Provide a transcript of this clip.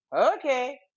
okay